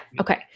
Okay